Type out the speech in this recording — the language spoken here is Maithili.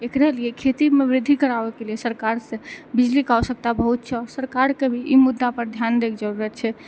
एकरे लिए खेतीमे वृद्धि कराबयके लिए सरकार से बिजलीके आवश्यकता बहुत छै आओर सरकारके भी ई मुद्दा पर ध्यान दै के जरुरत छै